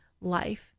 life